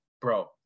bro